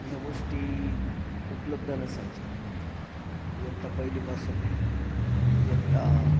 ह्या गोष्टी उपलब्ध नसायच्या इयत्ता पहिलीपासून इयत्ता